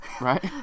Right